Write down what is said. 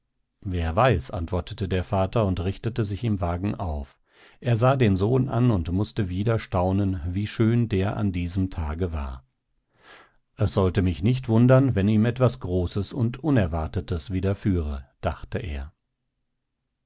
wer weiß antwortete der vater und richtete sich im wagen auf er sah den sohn an und mußte wieder staunen wie schön der an diesem tage war es sollte mich nicht wundern wenn ihm etwas großes und unerwartetes widerführe dachte er